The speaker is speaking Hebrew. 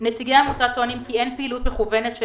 נציגי העמותה טוענים כי אין פעילות מכוונת של